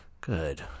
Good